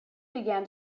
began